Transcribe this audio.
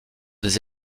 des